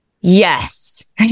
Yes